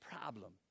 problem